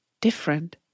different